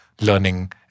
learning